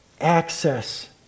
Access